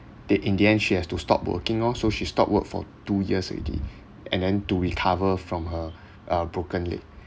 then in the end she has to stop working oh so she stopped work for two years already and then to recover from her uh broken leg